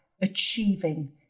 achieving